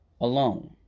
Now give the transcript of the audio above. alone